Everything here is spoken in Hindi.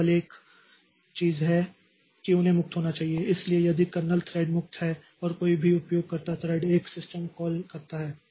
तो केवल एक चीज यह है कि उन्हें मुक्त होना चाहिए इसलिए यदि कर्नेल थ्रेड मुक्त है और कोई भी उपयोगकर्ता थ्रेड एक सिस्टम कॉल करता है